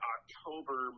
October